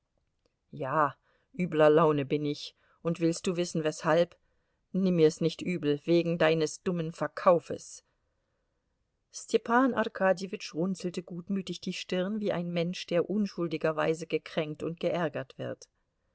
ja übler laune bin ich und willst du wissen weshalb nimm mir's nicht übel wegen deines dummen verkaufes stepan arkadjewitsch runzelte gutmütig die stirn wie ein mensch der unschuldigerweise gekränkt und geärgert wird